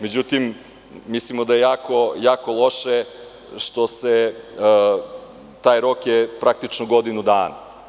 Međutim, mislimo da je jako loše, taj rok je praktično godinu dana.